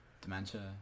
Dementia